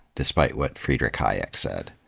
despite what friedrich hayek said,